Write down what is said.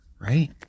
Right